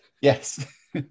Yes